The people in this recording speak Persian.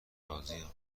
راضیم